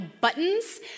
buttons